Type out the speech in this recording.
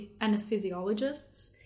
anesthesiologists